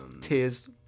tears